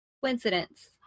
Coincidence